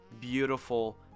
beautiful